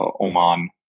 Oman